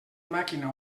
màquina